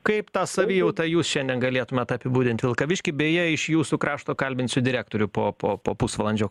kaip tą savijautą jūs šiandien galėtumėt apibūdint vilkavišky beje iš jūsų krašto kalbinsiu direktorių po po po pusvalandžio